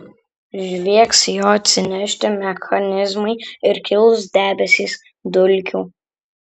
žviegs jo atsinešti mechanizmai ir kils debesys dulkių